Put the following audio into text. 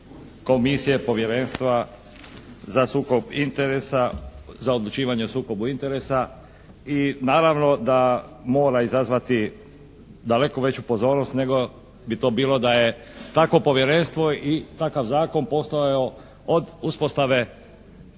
Komisije povjerenstva za odlučivanje o sukobu interesa i naravno da mora izazvati daleko veću pozornost nego bi to bilo da je takvo povjerenstvo i takav zakon postajao od uspostave slobodne